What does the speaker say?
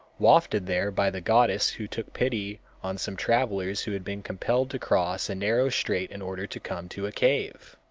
wafted there by the goddess who took pity on some travelers who had been compelled to cross a narrow strait in order to come to a cave.